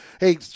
Hey